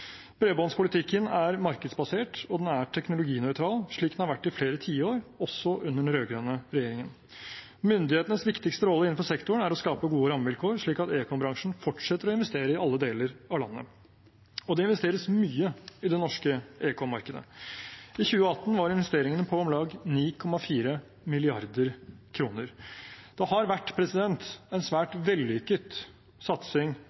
Bredbåndspolitikken er markedsbasert, og den er teknologinøytral, slik den har vært i flere tiår, også under den rød-grønne regjeringen. Myndighetenes viktigste rolle innenfor sektoren er å skape gode rammevilkår, slik at ekombransjen fortsetter å investere i alle deler av landet. Og det investeres mye i det norske ekommarkedet. I 2018 var investeringene på om lag 9,4 mrd. kr. Det har vært en svært vellykket satsing